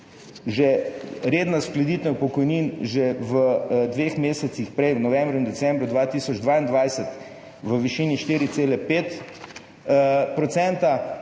redna uskladitev pokojnin že dva meseca prej, v novembru in decembru 2022, v višini 4,5